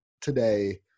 today